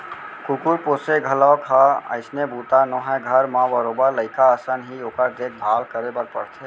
कुकुर पोसे घलौक ह अइसने बूता नोहय घर म बरोबर लइका असन ही ओकर देख भाल करे बर परथे